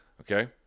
okay